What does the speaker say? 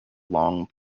long